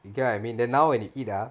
you get what I mean then now when you eat ah